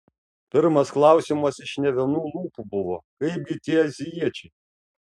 pirmas klausimas iš ne vienų lūpų buvo kaipgi tie azijiečiai